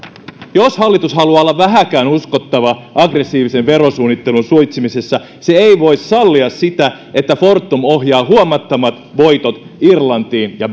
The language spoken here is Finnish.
jos hallitus haluaa olla vähääkään uskottava aggressiivisen verosuunnittelun suitsimisessa se ei voi sallia sitä että fortum ohjaa huomattavat voitot irlantiin ja